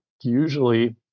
usually